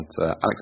Alex